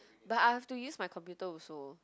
but I have to use my computer also